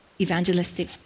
evangelistic